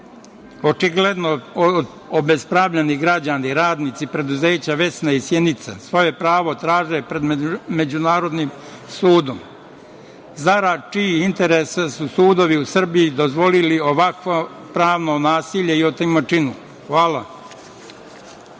očigledno obespravljeni građani, radnici preduzeća „Vesna“ iz Sjenice svoje pravo traže pred međunarodnim sudom? Zarad čijih interesa su sudovi u Srbiji dozvolili ovakvo pravno nasilje i otimačinu? Hvala.